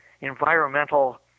environmental